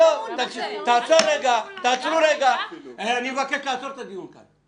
מבקש לעצור את הדיון כאן.